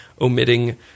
omitting